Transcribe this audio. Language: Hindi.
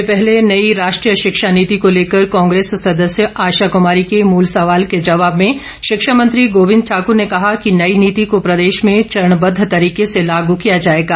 इससे पहले नई राष्ट्रीय शिक्षा नीति को लेकर कांग्रेस सदस्य आशा कृमारी के मूल सवाल के जवाब में शिक्षा मंत्री गोबिंद ठाकुर ने कहा कि नई नीति को प्रदेश में चरणबद्व तरीके से लागू किया जाएगा